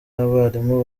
abarimu